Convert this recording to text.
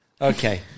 Okay